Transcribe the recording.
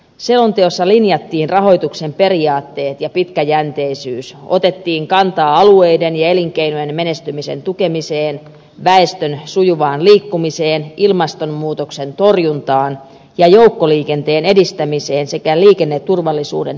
selonteossa linjattiin rahoituksen periaatteet ja pitkäjänteisyys otettiin kantaa alueiden ja elinkeinojen menestymisen tukemiseen väestön sujuvaan liikkumiseen ilmastonmuutoksen torjuntaan ja joukkoliikenteen edistämiseen sekä liikenneturvallisuuden parantamiseen